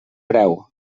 preu